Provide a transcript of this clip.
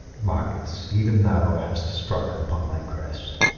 marcus, even thou hast struck upon my crest,